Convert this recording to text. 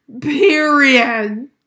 period